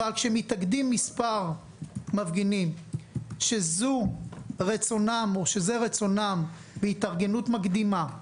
אבל כשמתאגדים מספר מפגינים שזה רצונם בהתארגנות מקדימה,